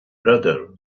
brother